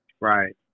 Right